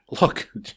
look